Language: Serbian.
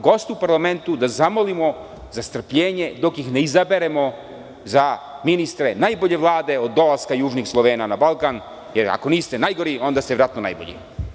Goste u parlamentu da zamolimo za strpljenje dok ih ne izaberemo za ministre najbolje Vlade od dolaska južnih Slovena na Balkan, jer ako niste najgori, onda ste verovatno najbolji.